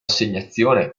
assegnazione